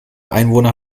einwohner